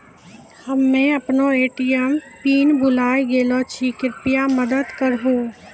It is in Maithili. हम्मे अपनो ए.टी.एम पिन भुलाय गेलो छियै, कृपया मदत करहो